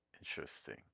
Interesting